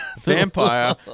Vampire